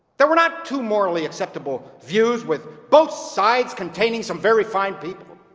there were not two morally acceptable views, with both sides containing some very fine people.